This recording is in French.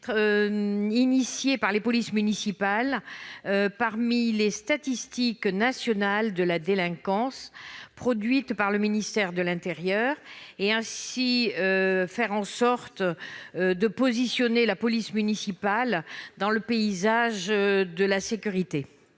initiées par les polices municipales dans le cadre des statistiques nationales de la délinquance produites par le ministère de l'intérieur, afin de positionner la police municipale dans le paysage de la sécurité.